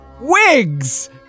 Wigs